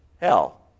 hell